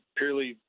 purely